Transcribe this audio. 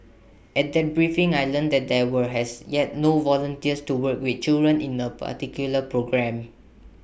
at that briefing I learnt that there were has yet no volunteers to work with children in A particular programme